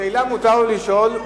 שאלה מותר לו לשאול.